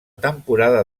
temporada